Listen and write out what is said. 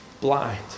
blind